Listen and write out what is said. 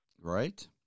Right